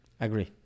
agree